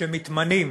שמתמנים